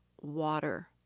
water